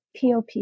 POP